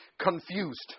confused